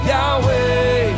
Yahweh